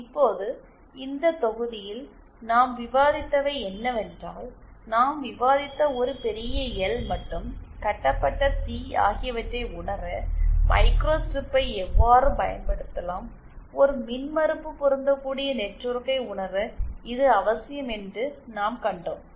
இப்போது இந்த தொகுதியில் நாம் விவாதித்தவை என்னவென்றால் நாம் விவாதித்த ஒரு பெரிய எல் மற்றும் கட்டப்பட்ட சி ஆகியவற்றை உணர மைக்ரோஸ்டிரிப்பை எவ்வாறு பயன்படுத்தலாம் ஒரு மின்மறுப்பு பொருந்தக்கூடிய நெட்வொர்க்கை உணர இது அவசியம் என்று நாம் கண்டோம்